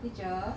which are